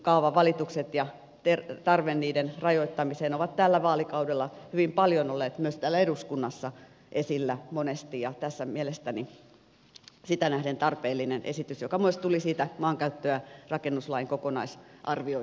kaavavalitukset ja tarve niiden rajoittamiseen ovat tällä vaalikaudella hyvin paljon olleet myös täällä eduskunnassa esillä monesti ja tässä mielestäni on siitä näkökulmasta tarpeellinen esitys joka myös tuli siitä maankäyttö ja rakennuslain kokonaisarvioinnin ehdotuksesta